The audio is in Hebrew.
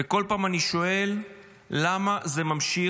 וכל פעם אני שואל למה זה ממשיך.